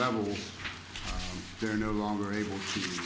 level they're no longer able to